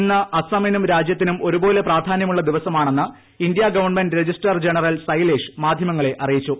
ഇന്ന് അസ്സാമിനും രാജ്യത്തിനും ഒരു പോലെ പ്രാധാന്യമുള്ള ദിവസമാണെന്ന് India government registrar general Sailesh മാധ്യമങ്ങളെ അറിയിച്ചു